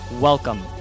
Welcome